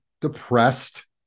depressed